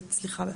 (22)